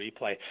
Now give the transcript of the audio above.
replay